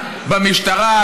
במשטרה.